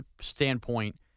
standpoint